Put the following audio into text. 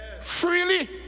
freely